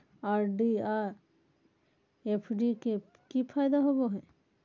RD और FD के की फायदा होबो हइ?